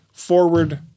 Forward